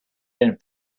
and